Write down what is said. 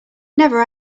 never